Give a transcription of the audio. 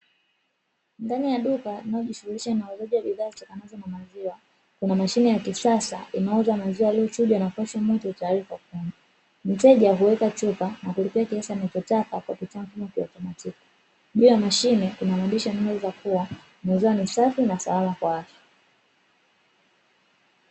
Mbele ya duka linalojishughulisha na uuzaji wa bidhaa zitokanazo na maziwa, kuna mashine ya kisasa inayouza maziwa yaliyochujwa na kupashwa moto tayari kwa kunywa, mteja huweka chupa na kulipia kiasi anachotaka kupitia mfumo wa kiautomatiki, juu ya mashine kuna maandishi yanayoeleza kuwa maziwa ni safi na salama kwa afya.